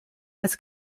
als